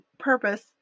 purpose